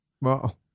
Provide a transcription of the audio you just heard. Wow